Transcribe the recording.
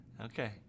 Okay